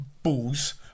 balls